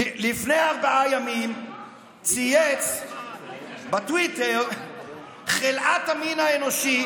לפני ארבעה ימים צייץ בטוויטר חלאת המין האנושי,